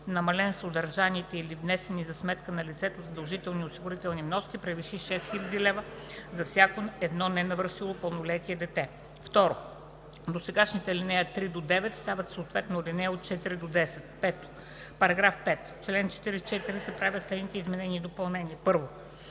намален с удържаните или внесените за сметка на лицето задължителни осигурителни вноски, превиши 6000 лв. за всяко едно ненавършило пълнолетие дете.“. 2. Досегашните ал. 3 – 9 стават съответно ал. 4 – 10. § 5. В чл. 44 се правят следните изменения и допълнения: 1.